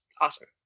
awesome